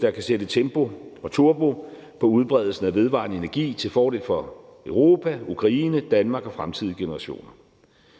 der kan sætte tempo og turbo på udbredelsen af vedvarende energi til fordel for Europa, Ukraine, Danmark og fremtidige generationer.